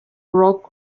rock